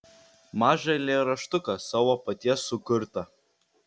mažą eilėraštuką savo paties sukurtą